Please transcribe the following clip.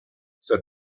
said